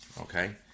okay